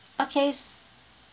okay